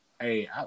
hey